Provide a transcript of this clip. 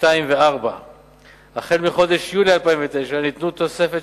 במיקום 2 4. החל מחודש יולי 2009 ניתנו תוספות